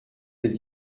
cette